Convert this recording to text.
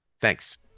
thanks